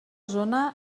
zona